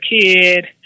kid